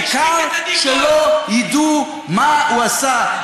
העיקר שלא ידעו מה הוא עשה,